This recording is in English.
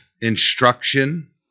instruction